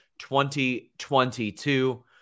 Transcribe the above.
2022